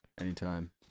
Anytime